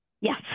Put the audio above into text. Yes